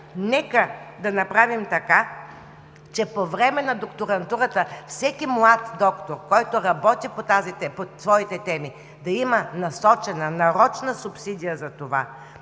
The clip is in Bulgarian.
Нека да направим така, че по време на докторантурата всеки млад доктор, който работи по своите теми, да има насочена, нарочна субсидия за това.